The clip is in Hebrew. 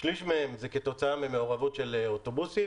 שליש מהן זה כתוצאה ממעורבות של אוטובוסים.